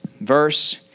verse